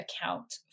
account